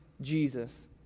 Jesus